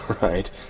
right